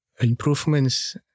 improvements